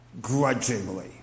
grudgingly